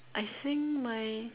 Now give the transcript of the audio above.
I think my